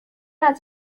است